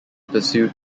pursued